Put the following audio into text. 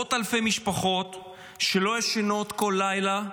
עשרות אלפי משפחות שלא ישנות כל לילה,